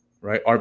right